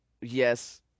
yes